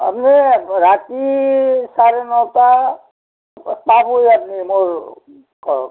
আপুনি ৰাতি চাৰে নটা কৰক